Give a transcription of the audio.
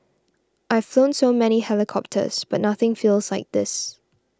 I've flown so many helicopters but nothing feels like this